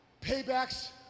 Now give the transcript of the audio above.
paybacks